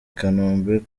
kanombe